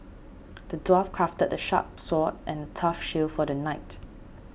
the dwarf crafted a sharp sword and a tough shield for the knight